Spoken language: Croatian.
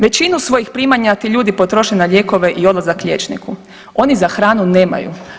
Većinu svojih primanja ti ljudi potroše na lijekove i odlazak liječniku, oni za hranu nemaju.